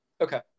Okay